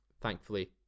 thankfully